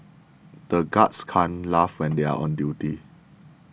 the guards can't laugh when they are on duty